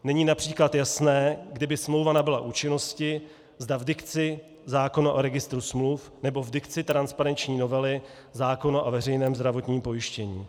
Není například jasné, kdy by smlouva nabyla účinnosti, zda v dikci zákona o registru smluv, nebo v dikci transparenční novely zákona o veřejném zdravotním pojištění.